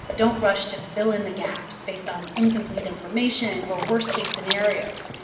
don't rush to fill in the gaps based on incomplete information or worst-case scenarios.